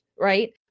Right